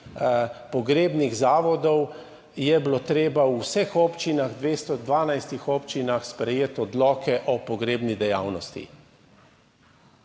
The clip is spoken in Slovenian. pogrebnih zavodov je bilo treba v vseh občinah, 212 občinah sprejeti odloke o pogrebni dejavnosti.